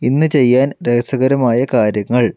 ഇന്ന് ചെയ്യാൻ രസകരമായ കാര്യങ്ങൾ